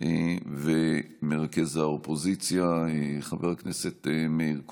לבין מרכז האופוזיציה חבר הכנסת מאיר כהן.